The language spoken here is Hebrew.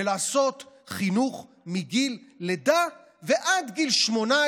ולעשות חינוך מגיל לידה ועד גיל 18